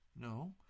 No